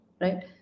right